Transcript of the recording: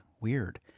weird